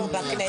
באמת.